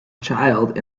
child